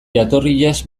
jatorriaz